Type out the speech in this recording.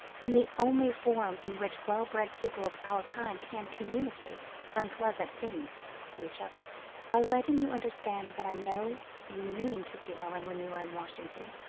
in the only form in which well-bred people of our kind can communicate unpleasant things to each other by letting you understand that i know you mean to see ellen when you are in washington,